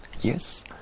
Yes